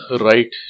right